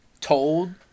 told